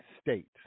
state